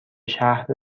شهر